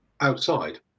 outside